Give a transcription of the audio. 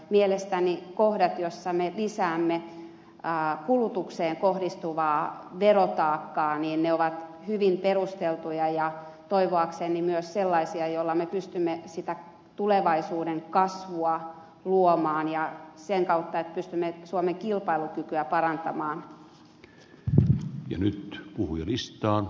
mielestäni kohdat joissa me lisäämme kulutukseen kohdistuvaa verotaakkaa ovat hyvin perusteltuja ja toivoakseni myös sellaisia joilla me pystymme sitä tulevaisuuden kasvua luomaan sen kautta että pystymme suomen kilpailukykyä parantamaan